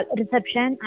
reception